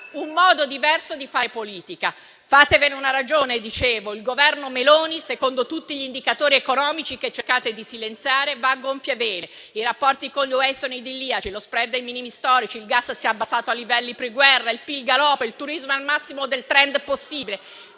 un modo diverso di fare politica. Fatevene una ragione, dicevo: il Governo Meloni, secondo tutti gli indicatori economici che cercate di silenziare, va a gonfie vele; i rapporti con l'Unione europea sono idilliaci; lo *spread* è ai minimi storici; il gas si è abbassato ai livelli pre-guerra; il PIL galoppa; il turismo è al massimo del *trend* possibile